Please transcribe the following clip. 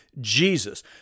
Jesus